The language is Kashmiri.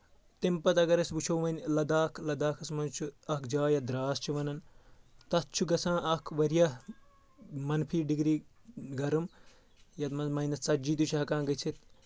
تمہِ پتہٕ اگر أسۍ وٕچھو وۄنۍ لداخ لداخس منٛز چھُ اکھ جاے یتھ درٛاس چھِ ونان تتھ چھُ گژھان اکھ واریاہ منفی ڈگری گرُم یتھ منٛز ماینس ژَتجی چھُ ہؠکان گٔژھِتھ